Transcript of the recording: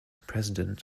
president